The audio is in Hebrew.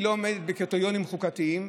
שהיא לא עומדת בקריטריונים חוקתיים,